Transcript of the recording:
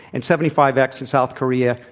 and seventy five x in south korea,